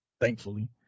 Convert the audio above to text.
thankfully